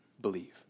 believe